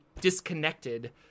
disconnected